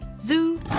Zoo